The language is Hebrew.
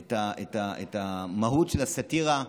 את המהות של הסאטירה,